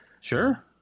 Sure